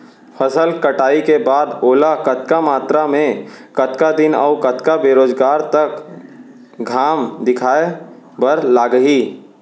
फसल कटाई के बाद ओला कतका मात्रा मे, कतका दिन अऊ कतका बेरोजगार तक घाम दिखाए बर लागही?